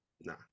Nah